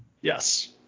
Yes